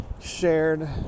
shared